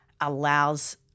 allows